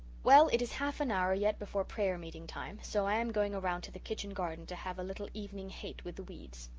well, it is half an hour yet before prayer-meeting time, so i am going around to the kitchen garden to have a little evening hate with the weeds.